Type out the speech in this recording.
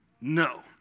No